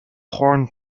horn